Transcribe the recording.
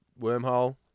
wormhole